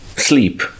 sleep